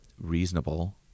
reasonable